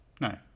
No